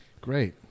great